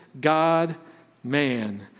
God-man